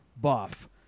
buff